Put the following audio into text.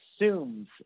assumes